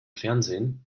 fernsehen